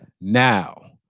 now